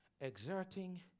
exerting